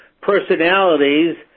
personalities